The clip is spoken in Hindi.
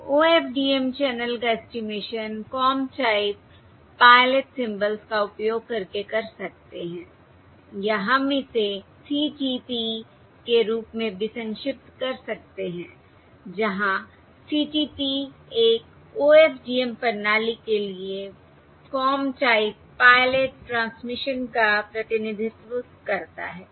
तो OFDM चैनल का estimation comb type pilot symbols का उपयोग करके कर सकते हैं या हम इसे CTP के रूप में भी संक्षिप्त कर सकते हैं जहाँ CTP एक OFDM प्रणाली के लिए कॉम टाइप पायलट ट्रांसमिशन का प्रतिनिधित्व करता है